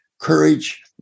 courage